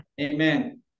Amen